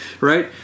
Right